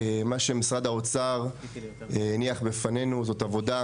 מה שמשרד האוצר הניח בפנינו זו עבודה,